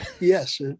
Yes